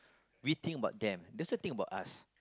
we think about them they also think about us